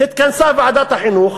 התכנסה ועדת החינוך